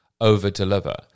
over-deliver